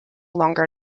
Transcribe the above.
longer